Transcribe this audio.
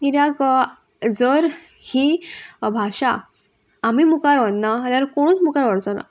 किद्याक जर ही भाशा आमी मुखार व्हरना जाल्यार कोणूच मुखार व्हरचो ना